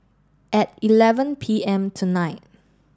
at eleven P M tonight